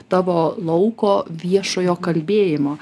tavo lauko viešojo kalbėjimo